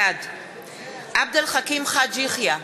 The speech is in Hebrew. בעד עבד אל חכים חאג' יחיא,